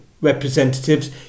representatives